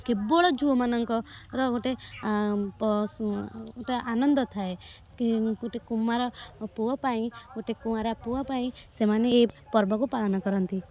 କେବଳ ଝିଅ ମାନଙ୍କର ଗୋଟିଏ ଆନନ୍ଦ ଥାଏ କି ଗୋଟିଏ କୁମାର ପୁଅ ପାଇଁ ଗୋଟେ କୁଆଁରା ପୁଅ ପାଇଁ ସେମାନେ ଏହି ପର୍ବକୁ ପାଳନ କରନ୍ତି